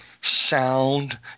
sound